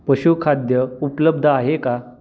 पशु खाद्य उपलब्ध आहे का